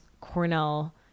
Cornell